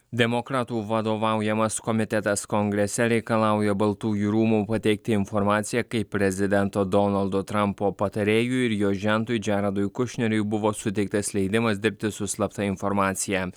demokratų vadovaujamas komitetas kongrese reikalauja baltųjų rūmų pateikti informaciją kaip prezidento donaldo trampo patarėjui ir jo žentui džeradui kušneriui buvo suteiktas leidimas dirbti su slapta informacija